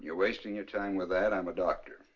you're wasting your time with that i'm a doctor